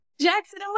Jackson